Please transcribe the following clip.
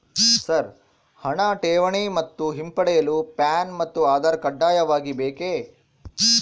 Sir ಹಣ ಠೇವಣಿ ಮತ್ತು ಹಿಂಪಡೆಯಲು ಪ್ಯಾನ್ ಮತ್ತು ಆಧಾರ್ ಕಡ್ಡಾಯವಾಗಿ ಬೇಕೆ?